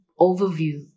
overview